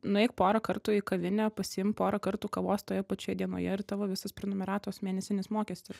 nueik pora kartų į kavinę pasiimk pora kartų kavos toje pačioje dienoje ir tavo visas prenumeratos mėnesinis mokestis